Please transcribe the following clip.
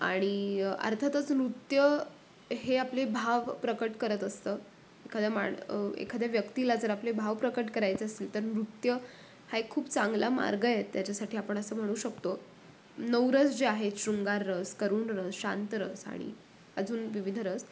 आणि अर्थातच नृत्य हे आपले भाव प्रकट करत असतं एखाद्या माण एखाद्या व्यक्तीला जर आपले भाव प्रकट करायचे असतील तर नृत्य हा एक खूप चांगला मार्ग आहे त्याच्यासाठी आपण असं म्हणू शकतो नऊ रस जे आहेत शृंगार रस करूण रस शांत रस आणि अजून विविध रस